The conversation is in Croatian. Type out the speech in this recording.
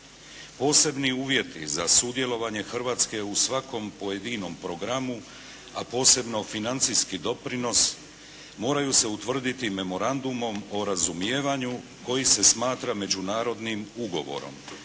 Posebni uvjeti za sudjelovanje Hrvatske u svakom pojedinom programu, a posebno financijski doprinos, moraju se utvrditi Memorandumom o razumijevanju koji se smatra međunarodnim u govorom